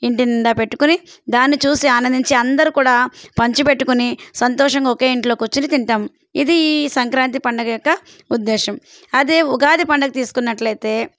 ఇంటి నిండా పెట్టుకొని దాన్ని చూసి ఆనందించి అందరు కూడా పంచిపెట్టుకొని సంతోషంగా ఒకే ఇంట్లో కుర్చొని తింటాము ఇది ఈ సంక్రాంతి పండగ యొక్క ఉద్దేశం అదే ఉగాది పండుగ తీసుకున్నట్లయితే